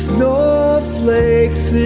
Snowflakes